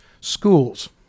schools